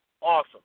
Awesome